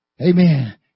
Amen